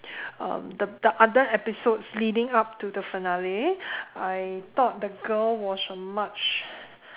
um the the other episodes leading up to the finale I thought the girl was a much